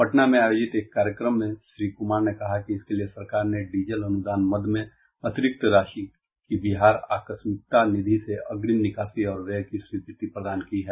पटना में आयोजित एक कार्यक्रम में श्री कुमार ने कहा कि इसके लिए सरकार ने डीजल अनुदान मद में अतिरिक्त राशि की बिहार आकस्मिकता निधि से अग्रिम निकासी और व्यय की स्वीकृति प्रदान की है